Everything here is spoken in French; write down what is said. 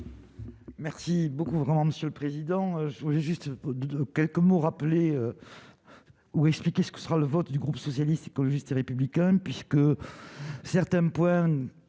Merci beaucoup, vraiment, Monsieur le Président, juste quelques mots rappelez ou expliquer ce que sera le vote du groupe socialiste, écologiste et républicain, puisque certains points